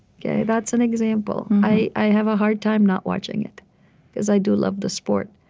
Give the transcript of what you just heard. yeah that's an example. i i have a hard time not watching it because i do love the sport.